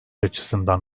açısından